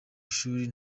ishuri